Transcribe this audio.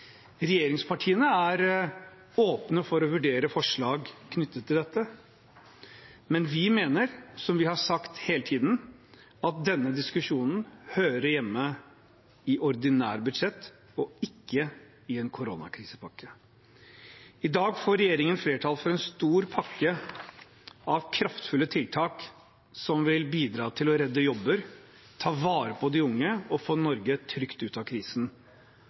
Regjeringspartiene er åpne for å vurdere forslag knyttet til dette, men vi mener, som vi har sagt hele tiden, at denne diskusjonen hører hjemme i ordinære budsjetter og ikke i en koronakrisepakke. I dag får regjeringen flertall for en stor pakke av kraftfulle tiltak som vil bidra til å redde jobber, ta vare på de unge og få Norge trygt ut av krisen.